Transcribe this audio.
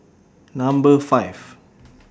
Number five